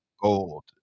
gold